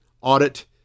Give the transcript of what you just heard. audit